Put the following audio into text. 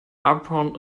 upon